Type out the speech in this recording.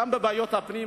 גם בבעיות הפנים,